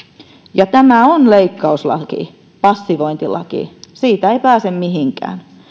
ja tämä on leikkauslaki ja passivointilaki siitä ei pääse mihinkään